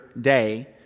day